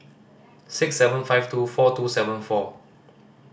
six seven five two four two seven four